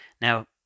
now